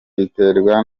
biterwa